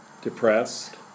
depressed